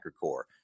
core